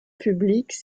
publique